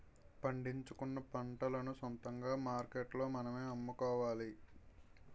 పండించుకున్న పంటలను సొంతంగా మార్కెట్లో మనమే అమ్ముకోవాలి